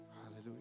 Hallelujah